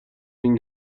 این